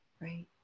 Right